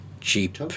cheap